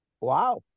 wow